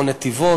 או נתיבות,